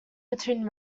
between